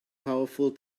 powerful